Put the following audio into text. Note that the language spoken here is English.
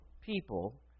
people